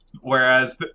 Whereas